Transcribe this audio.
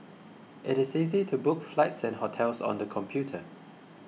it is easy to book flights and hotels on the computer